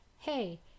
hey